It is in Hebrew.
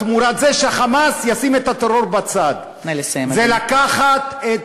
תמורת זה שה"חמאס" ישים את הטרור בצד, זה לקחת את